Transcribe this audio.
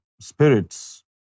spirits